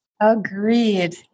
agreed